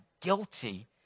guilty